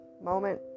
moment